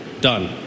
Done